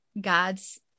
God's